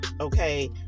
okay